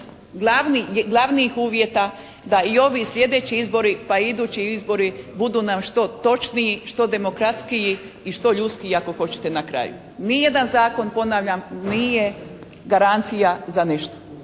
glavnijih uvjeta da i ovi sljedeći izbori pa i idući izbori budu nam što točniji, što demokratskiji i što ljudskiji, ako hoćete na kraju. Nijedan zakon, ponavljam, nije garancija za nešto